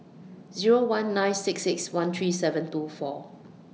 Zero one nine six six one three seven two four